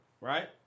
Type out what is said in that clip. right